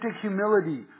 humility